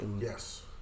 Yes